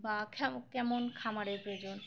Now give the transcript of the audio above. বা কে কেমন খাবারের প্রয়োজন